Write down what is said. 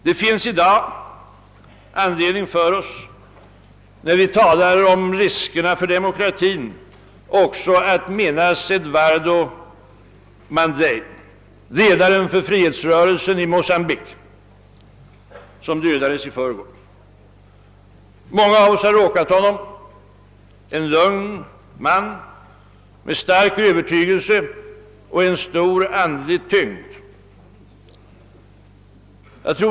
Det finns i dag anledning för oss, när vi talar om riskerna för demokratin, att också minnas Eduardo Mondlane, ledaren för frihetsrörelsen i Mocambique, som dödades i förrgår. Många av oss har råkat honom: en lugn man med stark övertygelse och stor andlig tyngd.